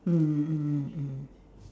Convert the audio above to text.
mm mm mm mm